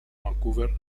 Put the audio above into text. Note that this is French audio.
vancouver